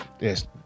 Yes